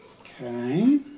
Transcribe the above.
Okay